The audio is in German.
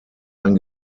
ein